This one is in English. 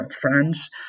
France